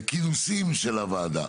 לכינוסים של הוועדה,